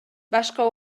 башка